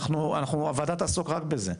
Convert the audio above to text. הוועדה תעסוק רק בזה,